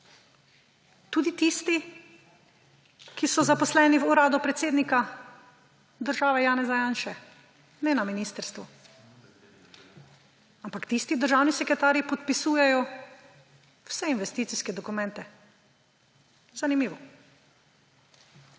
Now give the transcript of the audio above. tudi tisti, ki so zaposleni v kabinetu predsednika vlade Janeza Janše, ne na ministrstvu, ampak tisti državni sekretarji podpisujejo vse investicijske dokumente. Zanimivo!.